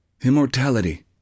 Immortality